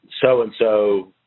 so-and-so